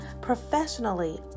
professionally